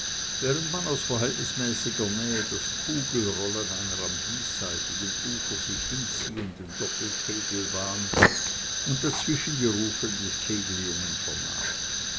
während man aus verhältnismäßiger nähe das kugelrollen einer am diesseitigen ufer sich hinziehenden doppelkegelbahn und dazwischen die rufe des kegeljungen vernahm